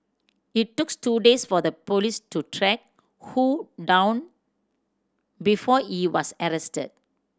it took two days for the police to track Ho down before he was arrested